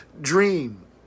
dream